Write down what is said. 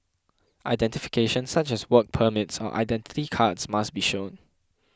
identification such as work permits or Identity Cards must be shown